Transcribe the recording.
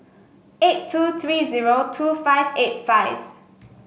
eight two three zero two five eight five